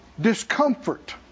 discomfort